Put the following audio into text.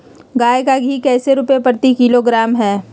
गाय का घी कैसे रुपए प्रति किलोग्राम है?